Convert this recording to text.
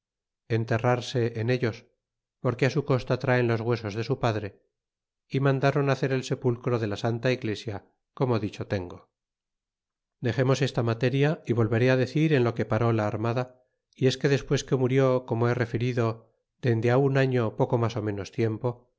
enterrarse en ellos porque su costa traen los huesos de su padre y mandaron hacer el sepulcro en la santa iglesia como dicho tengo dexemos esta materia y volveré decir en lo que paró la armada y es que despues que murió como he referido dende un año poco mas ó menos tiempo